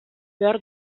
behar